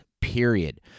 Period